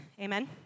Amen